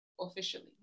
Officially